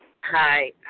Hi